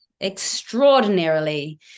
extraordinarily